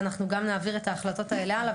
ואנחנו גם נעביר את ההחלטות האלה הלאה.